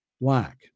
black